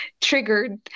triggered